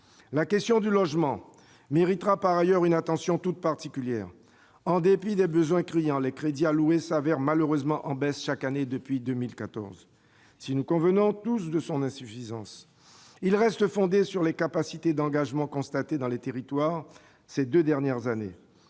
La question du logement méritera par ailleurs une attention toute particulière. En dépit de besoins criants, les crédits alloués sont malheureusement en baisse chaque année depuis 2014. Si nous convenons tous de leur insuffisance, ils restent fondés sur les capacités d'engagement constatées dans les territoires ces deux dernières années.